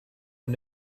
and